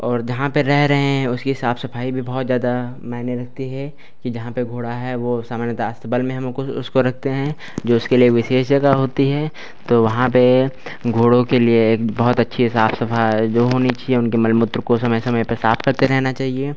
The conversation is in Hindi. और जहाँ पर रह रहे हैं उसकी साफ़ सफ़ाई भी बहुत ज़्यादा मायने रखती है कि जहाँ पर घोड़ा है वह सामान्यतः अस्तबल में हम उनको उसको रखते हैं जो उसके लिए विशेष जगह होती है तो वहाँ पर घोड़ों के लिए बहुत अच्छी साफ़ सफ़ाई वह होनी चाहिए उनके मल मूत्र को समय समय पर साफ़ करते रहना चाहिए